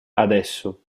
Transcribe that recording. adesso